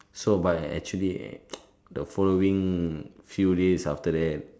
so but actually the following few days after that